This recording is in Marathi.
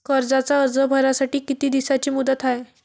कर्जाचा अर्ज भरासाठी किती दिसाची मुदत हाय?